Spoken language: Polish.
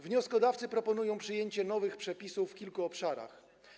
Wnioskodawcy proponują przyjęcie nowych przepisów w kilku obszarach.